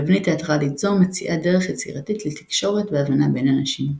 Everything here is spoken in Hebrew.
תבנית תיאטרלית זו מציעה דרך יצירתית לתקשורת והבנה בין אנשים.